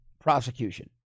prosecution